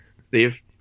Steve